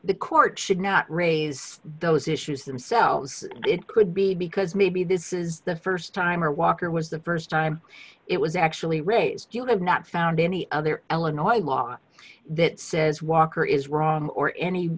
the court should not raise those issues themselves it could be because maybe this is the st time or walker was the st time it was actually raised you have not found any other eleanore a law that says walker is wrong or any